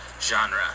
genre